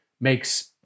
makes